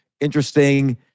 interesting